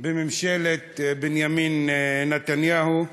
בממשלת בנימין נתניהו,